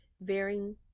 varying